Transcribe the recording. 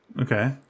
okay